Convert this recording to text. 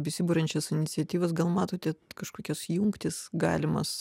besiburiančias iniciatyvas gal matote kažkokias jungtis galimas